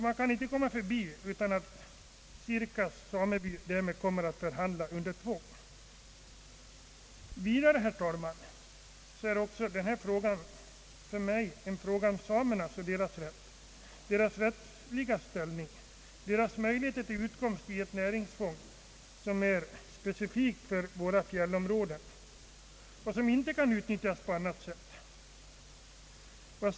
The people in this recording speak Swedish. Man kan inte komma förbi att Sirkas sameby därmed kommer att förhandla under tvång. Denna fråga är för mig också en fråga om samernas rätt, om deras rättsliga ställning och möjligheter till utkomst i ett näringsfång som är specifikt för våra fjällområden och som inte kan utnyttjas på annat sätt.